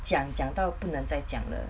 讲讲到不能再讲了